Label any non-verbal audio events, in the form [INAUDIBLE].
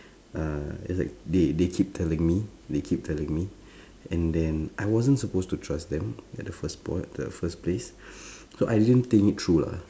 uh it's like they they keep telling me they keep telling me [BREATH] and then I wasn't supposed to trust them at the first poin~ at the first place [BREATH] so I didn't think it through lah